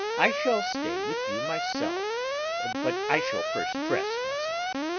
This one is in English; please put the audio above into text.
i shall stay with you myself but i shall first dress myself.